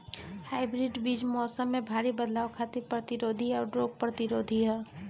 hybrid बीज मौसम में भारी बदलाव खातिर प्रतिरोधी आउर रोग प्रतिरोधी ह